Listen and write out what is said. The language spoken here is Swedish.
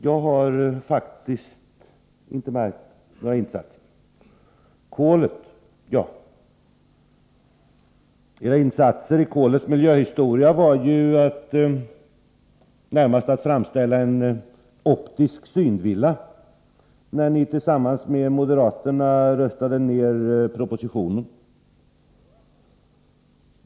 Jag har faktiskt inte märkt några insatser. Så var det kolet. Ja, era insatser i kolets miljöhistoria var ju närmast att framställa en optisk synvilla, då ni tillsammans med moderaterna röstade ner mittenregeringens proposition.